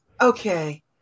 okay